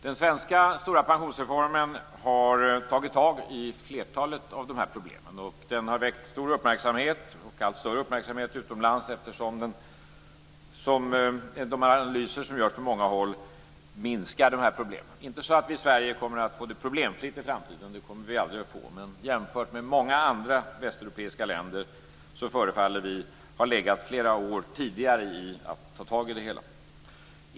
Den svenska stora pensionsreformen har tagit tag i flertalet av de här problemen. Den har väckt allt större uppmärksamhet utomlands, eftersom den enligt de analyser som görs på många håll minskar de här problemen. Inte så att vi i Sverige kommer att få det problemfritt i framtiden, det kommer vi aldrig att få. Men jämfört med många andra västeuropeiska länder förefaller vi ha legat flera år tidigare i att ta tag i det hela.